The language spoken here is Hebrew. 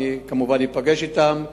אני כמובן אפגש אתם.